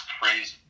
crazy